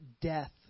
death